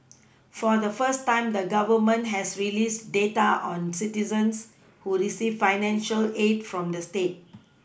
for the first time the Government has released data on citizens who receive financial aid from the state